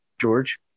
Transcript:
George